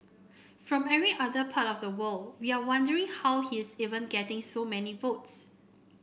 from every other part of the world we are wondering how he is even getting so many votes